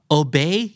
obey